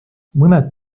mõned